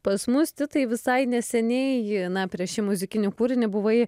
pas mus titai visai neseniai ji na prieš šį muzikinį kūrinį buvai